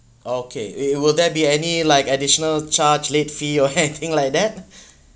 okay it~ will there be any like additional charge late fee or anything like that